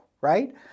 right